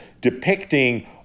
depicting